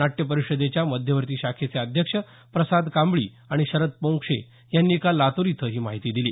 नाट्य परिषदेच्या मध्यवर्ती शाखेचे अध्यक्ष प्रसाद कांबळी आणि शरद पोंक्षे यांनी काल लातूर इथं ही माहिती दिली